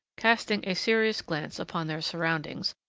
casting a serious glance upon their surroundings,